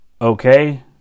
Okay